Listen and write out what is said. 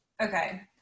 Okay